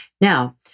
Now